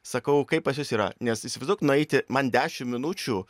sakau kaip pas jus yra nes įsivaizduok nueiti man dešim minučių